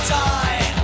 die